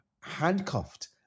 handcuffed